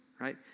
right